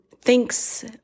thinks